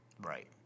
Right